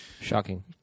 Shocking